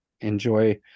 enjoy